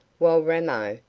while ramo,